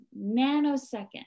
nanosecond